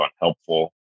unhelpful